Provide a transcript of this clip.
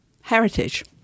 heritage